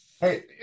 Hey